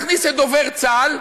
תכניס את דובר צה"ל.